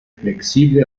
flexible